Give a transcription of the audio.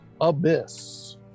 abyss